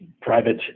private